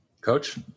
Coach